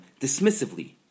dismissively